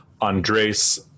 Andres